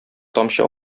тамчы